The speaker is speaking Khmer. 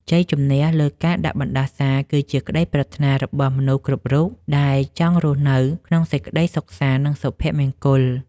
ជ័យជំនះលើការដាក់បណ្តាសាគឺជាក្តីប្រាថ្នារបស់មនុស្សគ្រប់រូបដែលចង់រស់នៅក្នុងសេចក្តីសុខសាន្តនិងសុភមង្គល។